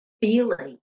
feeling